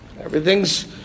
Everything's